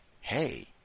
hey